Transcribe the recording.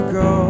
go